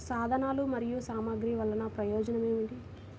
సాధనాలు మరియు సామగ్రి వల్లన ప్రయోజనం ఏమిటీ?